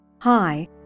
Hi